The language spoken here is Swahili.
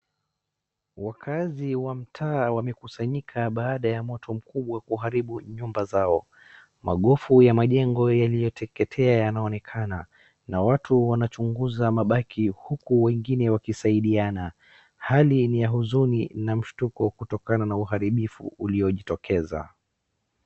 Wakaazi wamtaa wamekusanyika baada ya moto mkubwa kuharibu nyumba zao. Magofu ya majengo yaliyoteketea yanaonekana na watu wanachunguza mabaki huku wengine wakisaidiana. Hali ni ya huzuni na mshtuko kutokana na uharibifu uliojitokeza.